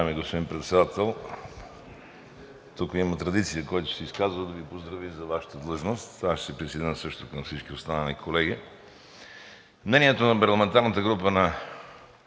Уважаеми господин Председател, тук има традиция – който се изказва, да Ви поздрави за Вашата длъжност. Ще се присъединя също към всички останали колеги. Мнението на парламентарната група на